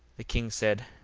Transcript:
the king said,